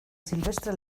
silvestre